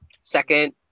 Second